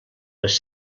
les